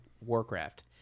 Warcraft